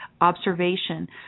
observation